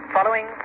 Following